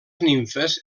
nimfes